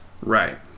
right